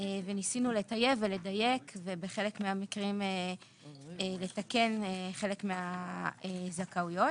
וניסינו לטייב ולדייק ובחלק מהמקרים לתקן חלק מהזכאויות.